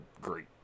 great